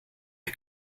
ihr